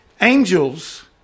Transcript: angels